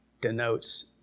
denotes